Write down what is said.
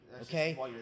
Okay